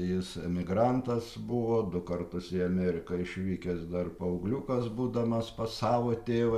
jis emigrantas buvo du kartus į ameriką išvykęs dar paaugliukas būdamas pas savo tėvą